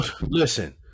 Listen